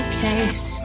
case